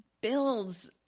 builds